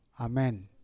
Amen